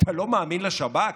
אתה לא מאמין לשב"כ?